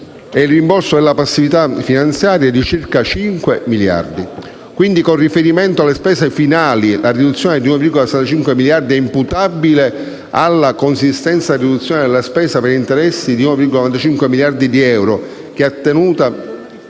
il rimborso delle passività finanziarie (5 miliardi). Con riferimento alle spese finali, la riduzione di 1,65 miliardi è imputabile alla consistente riduzione della spesa per interessi per 1,95 miliardi di euro, che attenua